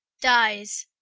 dyes.